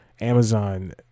Amazon